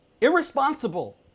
irresponsible